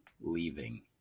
leaving